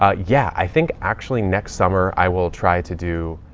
ah yeah, i think actually next summer i will try to do,